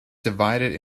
divided